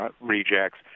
Rejects